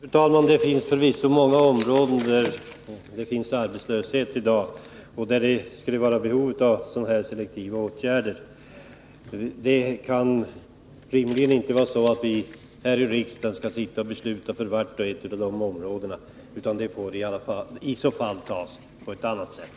Fru talman! Det finns förvisso många områden i vårt land som drabbats av arbetslöshet och där det skulle finnas behov av sådana här selektiva åtgärder. Men det kan rimligen inte vara så att vi här i riksdagen skall sitta och besluta för vart och ett av dessa områden. De besluten får fattas på ett annat sätt.